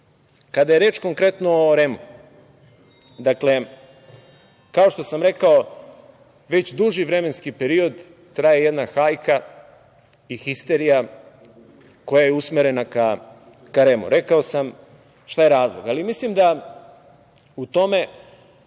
je reč konkretno o REM-u, dakle, kao što sam rekao, već duži vremenski period traje jedan hajka i histerija koja je usmerena ka REM-u. Rekao sam šta je razlog, ali mislim da u tome